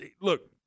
look